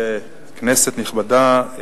כנסת נכבדה,